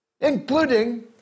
including